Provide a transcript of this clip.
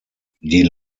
die